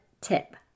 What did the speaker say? tip